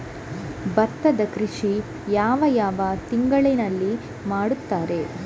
ಭತ್ತದ ಕೃಷಿ ಯಾವ ಯಾವ ತಿಂಗಳಿನಲ್ಲಿ ಮಾಡುತ್ತಾರೆ?